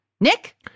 Nick